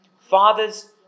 Fathers